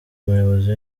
umuyobozi